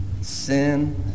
sin